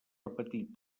repetir